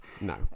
No